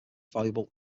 valuable